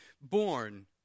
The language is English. born